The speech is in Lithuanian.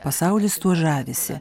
pasaulis tuo žavisi